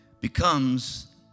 becomes